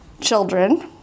children